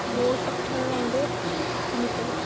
ಹೋದ ತಕ್ಷಣ ನಮಗೆ ತಿಳಿಯುತ್ತದೆ